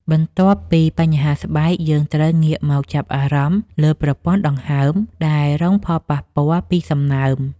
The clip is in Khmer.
បន្ទាប់ពីបញ្ហាស្បែក យើងត្រូវងាកមកចាប់អារម្មណ៍លើប្រព័ន្ធផ្លូវដង្ហើមដែលរងផលប៉ះពាល់ពីសំណើម។